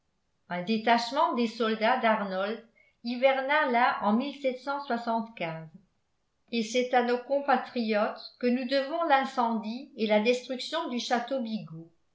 un détachement des soldats d'arnold hiverna là en et c'est à nos compatriotes que nous devons l'incendie et la destruction du